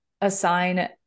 assign